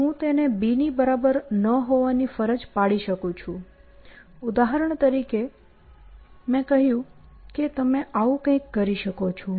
હું તેને B ની બરાબર ન હોવાની ફરજ પાડી શકું છું ઉદાહરણ તરીકે મેં કહ્યું કે તમે આવું કંઈક કરી શકો છો